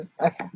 okay